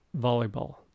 volleyball